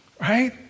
right